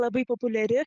labai populiari